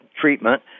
treatment